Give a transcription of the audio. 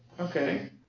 Okay